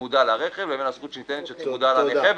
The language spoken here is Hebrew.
שצמודה לרכב לבין הזכות שניתנת שצמודה לנכה.